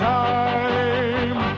time